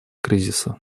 кризиса